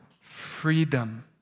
Freedom